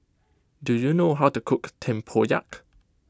do you know how to cook Tempoyak